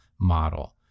model